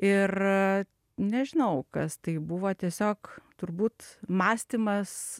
ir nežinau kas tai buvo tiesiog turbūt mąstymas